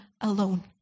alone